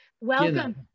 Welcome